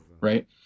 Right